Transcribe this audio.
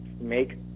make